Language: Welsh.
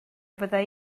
fydden